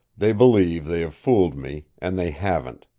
they believe they have fooled me, and they haven't.